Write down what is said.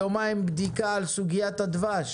זו מאסה די